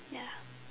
ya